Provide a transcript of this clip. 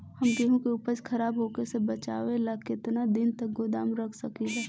हम गेहूं के उपज खराब होखे से बचाव ला केतना दिन तक गोदाम रख सकी ला?